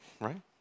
right